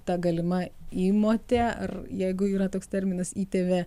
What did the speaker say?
tą galima įmotė ar jeigu yra toks terminas įtėvė